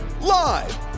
Live